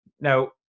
Now